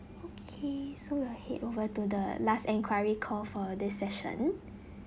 okay so we'll head over to the last enquiry call for this session